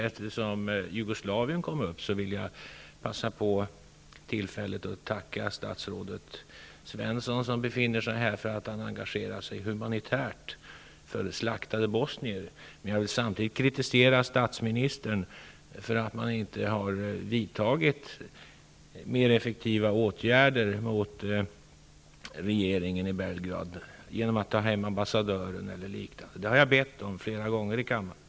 Eftersom Jugoslavien kom upp i diskussionen vill jag passa på tillfället att tacka statsrådet Svensson som befinner sig här för att han engagerar sig humanitärt för slaktade bosnier. Jag vill samtidigt kritisera statsministern för att man inte har vidtagit mer effektiva åtgärder mot regeringen i Belgrad genom att t.ex. kalla hem ambassadören. Det har jag bett om flera gånger i kammaren.